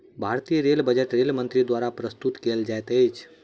भारतीय rail budget rail मंत्री द्वारा प्रस्तुत कयल जाइत अछि